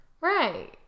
Right